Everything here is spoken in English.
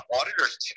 Auditors